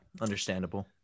understandable